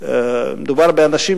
הרלוונטית.